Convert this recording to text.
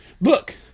Look